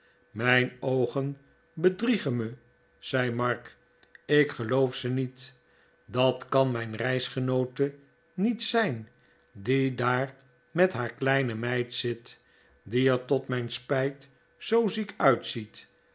mijn oogen bedriegen me zei mark ik geloof ze niet dat kan mijn reisgenoote niet zijn die daar met haar kleine meid zit die er tot mijn spijt zoo ziek uitziet